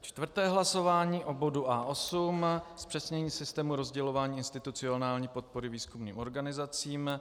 Čtvrté hlasování o bodu A8 zpřesnění systému rozdělování institucionální podpory výzkumným organizacím.